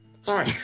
Sorry